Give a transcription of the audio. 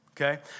Okay